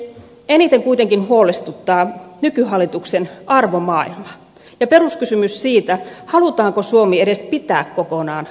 eniten kuitenkin huolestuttaa nykyhallituksen arvomaailma ja peruskysymys siitä halutaanko edes pitää suomi kokonaan asuttuna